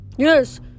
Yes